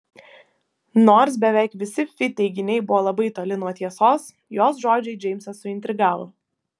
nors beveik visi fi teiginiai buvo labai toli nuo tiesos jos žodžiai džeimsą suintrigavo